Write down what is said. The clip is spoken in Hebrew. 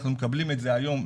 אנחנו מקבלים את זה היום,